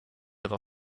other